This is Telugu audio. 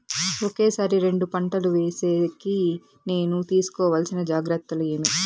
ఒకే సారి రెండు పంటలు వేసేకి నేను తీసుకోవాల్సిన జాగ్రత్తలు ఏమి?